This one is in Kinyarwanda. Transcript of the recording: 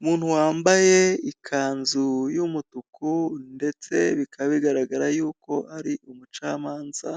Umuntu wambaye ikanzu y'umutuku ndetse bikaba bigaragara yuko ari umucamanza,